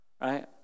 right